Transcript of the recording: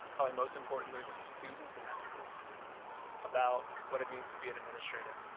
probably most importantly with the students in that school about what it means to be an administrator.